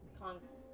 cons